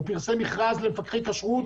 הוא פרסם מכרז למפקחי כשרות